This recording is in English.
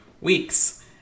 weeks